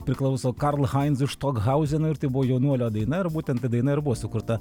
priklauso karl hainzui štothausenui ir tai buvo jaunuolio daina ir būtent ta daina ir buvo sukurta